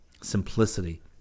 simplicity